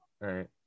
Right